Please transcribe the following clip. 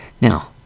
Now